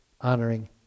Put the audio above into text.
honoring